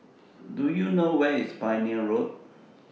Do YOU know Where IS Pioneer Road